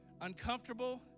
uncomfortable